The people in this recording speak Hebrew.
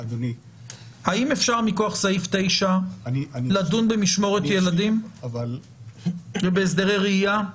האם אפשר מכוח סעיף 9 לדון במשמורת ילדים ובהסדרי ראייה?